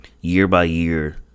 year-by-year